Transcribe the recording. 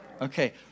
Okay